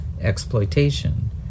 exploitation